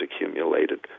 accumulated